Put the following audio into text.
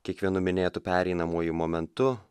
kiekvienu minėtu pereinamuoju momentu